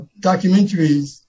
documentaries